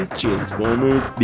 transformers